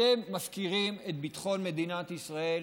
אתם מפקירים את ביטחון מדינת ישראל,